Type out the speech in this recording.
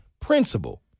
principle